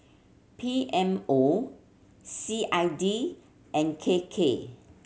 P M O C I D and K K